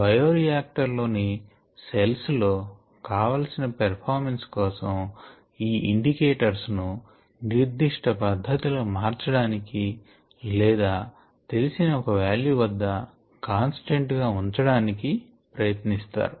bioreactor లోని cells లో కావలసిన పెర్ఫార్మెన్స్ కోసం ఈ ఇండికేటర్స్ ను నిర్దిష్ట పధ్ధతి లో మార్చడానికి లేదా తెలిసిన ఒక వాల్యూ వద్ద కాన్స్టెంట్ గా ఉంచడానికి ప్రయత్నిస్తారు